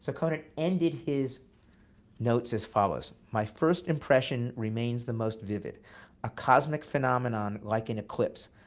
so conant ended his notes as follows my first impression remains the most vivid a cosmic phenomenon like an eclipse.